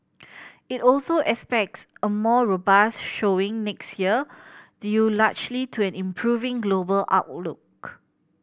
it also expects a more robust showing next year due largely to an improving global outlook